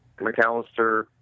McAllister